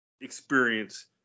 experience